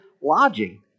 lodging